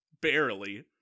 Barely